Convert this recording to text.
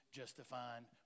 justifying